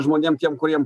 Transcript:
žmonėm tiem kuriem